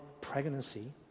pregnancy